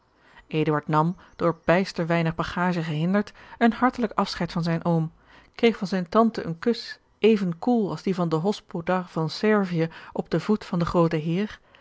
nam door bijster weinig bagage gehinderd een hartelijk afscheid van zijn oom kreeg van zijne tante een kus even koel als die van den hospodar van servië op den voet van den grooten heer